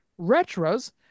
retros